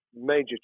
major